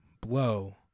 blow